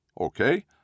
Okay